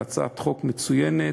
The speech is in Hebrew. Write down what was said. זו הצעת חוק מצוינת,